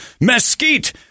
Mesquite